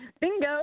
Bingo